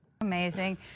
Amazing